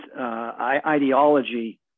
ideology